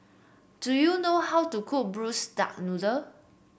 do you know how to cook Braised Duck Noodle